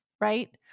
right